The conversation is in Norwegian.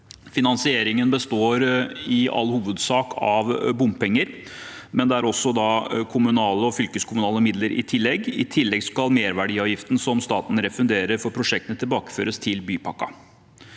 Finansieringen består i all hovedsak av bompenger og kommunale og fylkeskommunale midler. I tillegg skal merverdiavgift staten refunderer for prosjektene, tilbakeføres til bypakken.